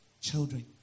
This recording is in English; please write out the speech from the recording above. children